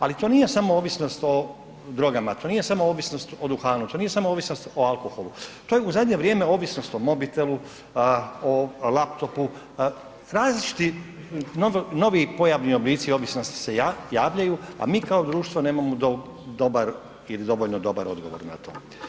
Ali to nije samo ovisnost o drogama, to nije samo ovisnost o duhanu, to nije samo ovisnost o alkoholu, to je u zadnje vrijeme ovisnost o mobitelu, o laptopu, različiti novi pojavni oblici ovisnosti se javljaju a mi kao društvo nemamo dobar ili dovoljno dobar odgovor na to.